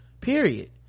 period